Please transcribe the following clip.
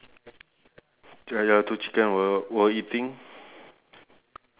how about the sheep on your top right